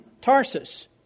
Tarsus